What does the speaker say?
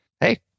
Hey